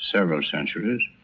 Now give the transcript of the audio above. several centuries.